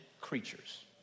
creatures